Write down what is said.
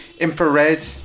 infrared